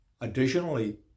Additionally